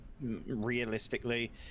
realistically